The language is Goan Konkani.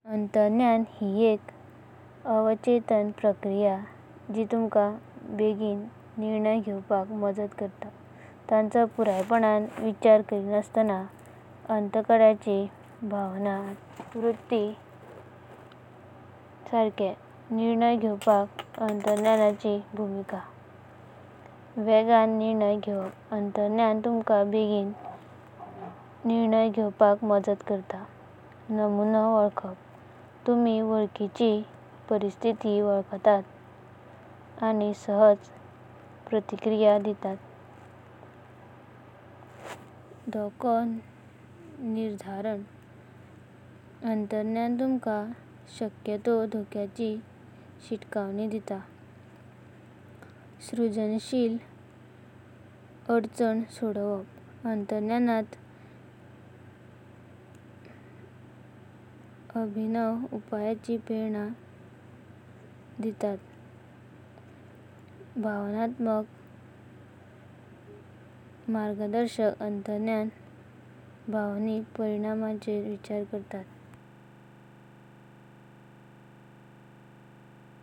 आंतरज्ञान म्हणल्यार किते। आंतरज्ञान ही एका अवचेतना प्रक्रिया जी तुमका बेगिना निर्णय घेतपाक मजता करत। तांचो पुरायपणना विचार करी नसतान। अंतकड्यांची भावना वा वृत्ति सारके। निर्णय घेतपाक आंतरज्ञानाची भूमिका। वेगवान निर्णय घेवपाक आंतरज्ञान तुमका बेगिना निवड करपाक मजता करत। नमुना वळाखप तुंमी वळाखीची परिस्तिती वळाखतात आनी सहज प्रतिक्रिया दितात। धोको निर्धारण आंतरज्ञान तुमका शक्य तो धोक्यांची शितकावनी दिता। सृजनशील अडचण सोडवपाक आंतरज्ञान अभिनव उपायांची प्रेरणा दिता। भावनात्मक मार्गदर्शन आंतरज्ञान भावना परिणामांचो विचार करत।